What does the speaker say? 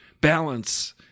balance